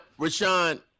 Rashawn